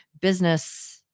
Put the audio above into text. business